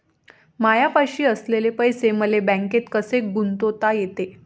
मायापाशी असलेले पैसे मले बँकेत कसे गुंतोता येते?